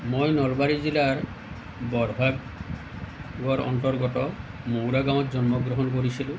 মই নলবাৰীৰ জিলাৰ বৰভাগৰ অন্তৰ্গত মৌৰা গাঁৱত জন্ম গ্ৰহণ কৰিছিলোঁ